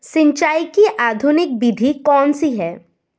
सिंचाई की आधुनिक विधि कौन सी है?